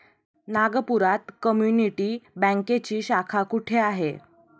नागपुरात कम्युनिटी बँकेची शाखा कुठे आहे?